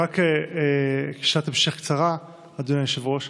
רק שאלת המשך קצרה, אדוני היושב-ראש,